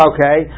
Okay